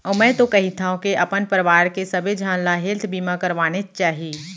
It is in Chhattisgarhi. अउ मैं तो कहिथँव के अपन परवार के सबे झन ल हेल्थ बीमा करवानेच चाही